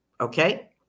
okay